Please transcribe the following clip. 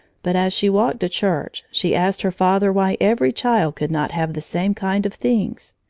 but as she walked to church, she asked her father why every child could not have the same kind of things.